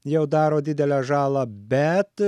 jau daro didelę žalą bet